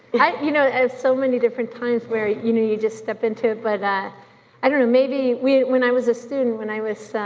yeah you know i have so many different times where you you know you just step into it but ah and and maybe when i was a student, when i was